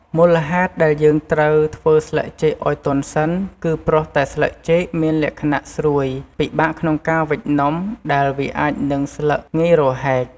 មូលហេតុដែលយើងត្រូវធ្វើស្លឹកចេកឲ្យទន់សិន គឺព្រោះតែស្លឹកចេកមានលក្ខណៈស្រួយ ពិបាកក្នុងការវេចនំ ដែលវាអាចនឹងស្លឹកងាយរហែក។